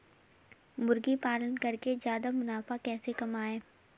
मुर्गी पालन करके ज्यादा मुनाफा कैसे कमाएँ?